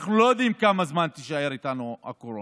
אנחנו לא יודעים כמה זמן תישאר איתנו הקורונה.